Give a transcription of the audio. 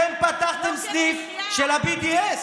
אתם פתחתם סניף של ה-BDS.